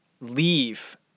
leave